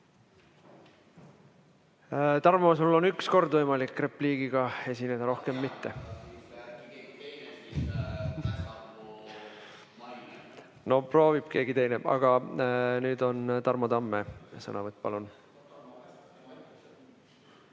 Tarmo, sul on üks kord võimalik repliigiga esineda, rohkem mitte. (Hääl saalist.) Proovib keegi teine, aga nüüd on Tarmo Tamme sõnavõtt. Palun!